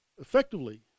effectively